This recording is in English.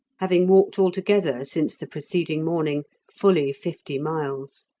having walked altogether since the preceding morning fully fifty miles.